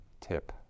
tip